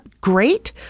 great